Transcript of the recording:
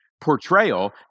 portrayal